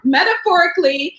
Metaphorically